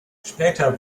später